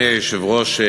אדוני היושב-ראש,